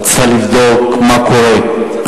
רצתה לבדוק מה קורה.